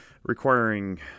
requiring